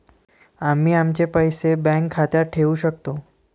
आम्ही आमचे पैसे बँक खात्यात ठेवू शकतो